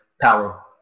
Power